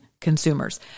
consumers